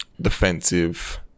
defensive